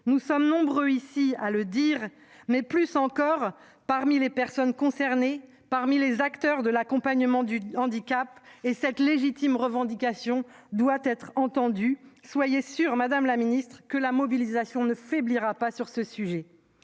nous sommes nombreux ici à le dire, comme les personnes concernées et les acteurs de l'accompagnement du handicap. Cette légitime revendication doit être entendue. Soyez sûre, madame la secrétaire d'État, que la mobilisation ne faiblira pas sur ce sujet